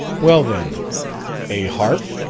well, then a harp.